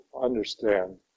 understand